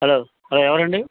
hello ఎవరండి